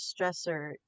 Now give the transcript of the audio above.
stressor